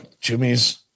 Jimmy's